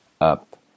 up